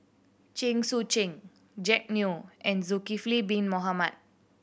Chen Sucheng Jack Neo and Zulkifli Bin Mohamed